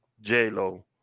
J-Lo